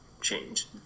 change